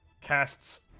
casts